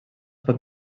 pot